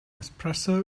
espresso